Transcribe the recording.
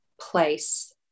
place